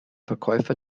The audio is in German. verkäufer